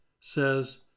says